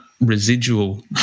residual